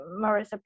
marissa